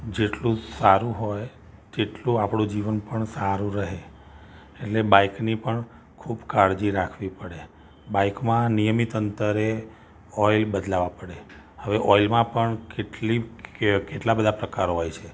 જેટલું સારું હોય તેટલું આપણું જીવન પણ સારું રહે એટલે બાઇકની પણ ખૂબ કાળજી રાખવી પડે બાઇકમાં નિયમિત અંતરે ઑઇલ બદલાવવા પડે હવે ઑઇલમાં પણ કેટલી કેટલાં બધા પ્રકારો હોય છે